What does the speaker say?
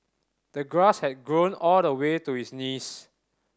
the grass had grown all the way to his knees